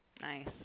Nice